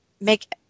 make